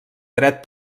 dret